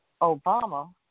Obama